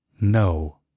No